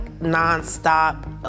non-stop